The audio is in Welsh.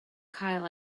cael